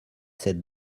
sept